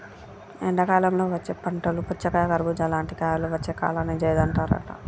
ఎండాకాలంలో వచ్చే పంటలు పుచ్చకాయ కర్బుజా లాంటి కాయలు వచ్చే కాలాన్ని జైద్ అంటారట